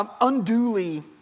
unduly